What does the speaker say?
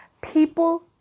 People